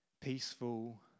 peaceful